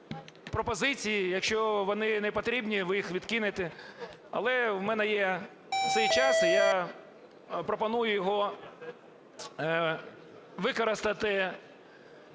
пропозиції, якщо вони не потрібні, ви їх відкинете. Але в мене є цей час, і я пропоную його використати